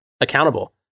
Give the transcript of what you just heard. accountable